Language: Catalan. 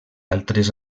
altres